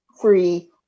free